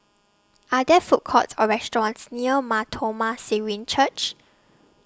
Are There Food Courts Or restaurants near Mar Thoma Syrian Church